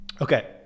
okay